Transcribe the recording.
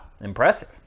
impressive